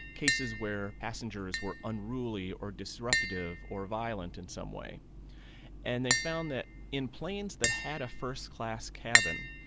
cases where passengers were unruly or disruptive or violent in some way and they found that in planes that had a first class cabin,